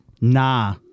Nah